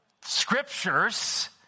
scriptures